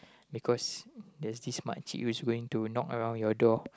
because there's this makcik which is going to knock around your door